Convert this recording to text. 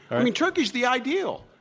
i mean, turkey is the ideal.